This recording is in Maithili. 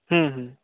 हूँ हूँ